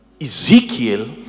ezekiel